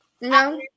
No